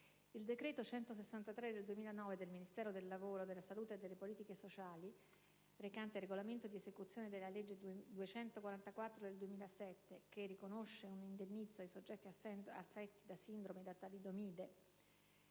Il decreto n. 163 del 2009 del Ministero del lavoro, della salute e delle politiche sociali, recante il regolamento dì esecuzione delle legge n. 244 del 2007, che riconosce un indennizzo ai soggetti affetti da sindrome da talidomide,